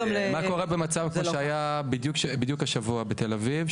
קורה במצב פה שהיה בדיוק השבוע בתל אביב?